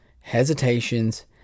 hesitations